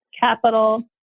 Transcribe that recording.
capital